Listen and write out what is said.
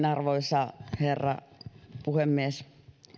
arvoisa herra puhemies